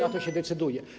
na to się decyduje.